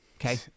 okay